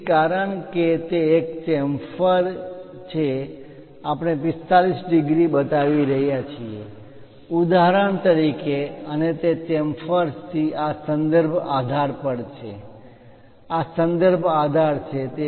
તેથી કારણ કે તે એક ચેમ્ફર ઢાળવાળી કોર chamfer છે આપણે 45 ડિગ્રી બતાવી રહ્યા છીએ ઉદાહરણ તરીકે અને તે ચેમ્ફરથી આ સંદર્ભ આધાર પર છે આ સંદર્ભ આધાર છે